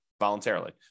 voluntarily